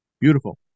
Beautiful